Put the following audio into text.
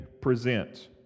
present